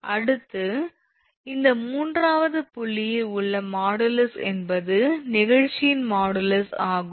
அடுத்து இந்த மூன்றாவது புள்ளியில் உள்ள மாடுலஸ் என்பது நெகிழ்ச்சியின் மாடுலஸ் ஆகும்